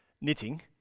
knitting